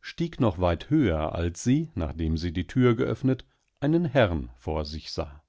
stieg noch weit höher als sie nachdem sie die tür geöffnet einen herrn vor sichsah